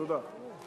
תודה.